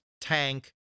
tank